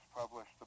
published